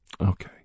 Okay